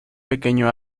pequeño